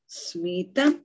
smita